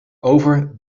over